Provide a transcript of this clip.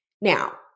Now